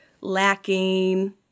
lacking